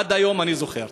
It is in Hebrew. עד היום אני זוכר.